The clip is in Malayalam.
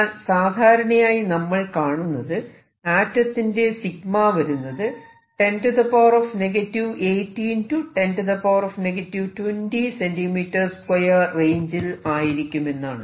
എന്നാൽ സാധാരണയായി നമ്മൾ കാണുന്നത് ആറ്റത്തിന്റെ വരുന്നത് 10 18 10 20 cm 2 റേഞ്ചിൽ ആയിരിക്കുമെന്നാണ്